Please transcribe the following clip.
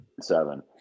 seven